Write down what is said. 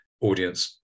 audience